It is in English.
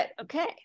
Okay